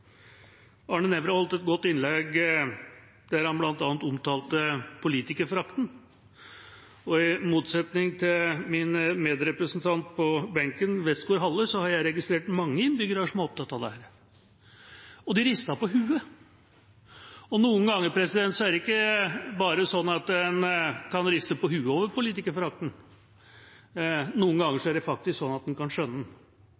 Arne Nævra holdt et godt innlegg der han bl.a. omtalte politikerforakten. Og i motsetning til min medrepresentant på benken, Westgaard-Halle, har jeg registrert mange innbyggere som er opptatt av dette. Og de rister på hodet. Noen ganger er det ikke bare sånn at en kan riste på hodet over politikerforakten. Noen ganger er det faktisk sånn at en kan skjønne den.